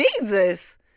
Jesus